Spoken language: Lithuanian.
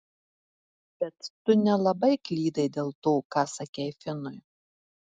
bet tu nelabai klydai dėl to ką sakei finui